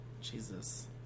Jesus